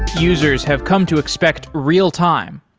users have come to expect real-time.